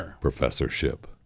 professorship